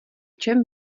čem